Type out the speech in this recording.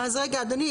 אדוני,